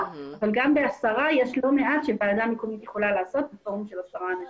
אבל גם ב-10 יש לא מעט שוועדה מקומית יכולה לעשות בפורום של 10 אנשים.